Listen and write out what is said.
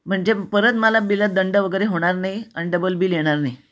म्हणजे परत मला बिलात दंड वगैरे होणार नाही आणि डबल बिल येणार नाही